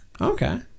okay